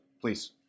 Please